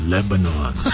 Lebanon